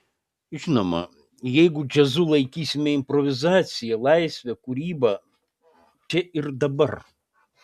žinoma jeigu džiazu laikysime improvizaciją laisvę kūrybą čia ir dabar